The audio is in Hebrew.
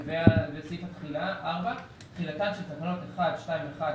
תחילה תחילתן של תקנות 1, 2(1)